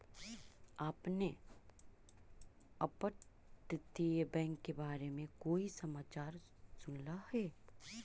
आपने अपतटीय बैंक के बारे में कोई समाचार सुनला हे